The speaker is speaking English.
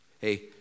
Hey